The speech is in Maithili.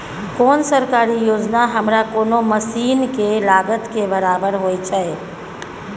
कोन सरकारी योजना हमरा कोनो मसीन के लागत के बराबर होय छै?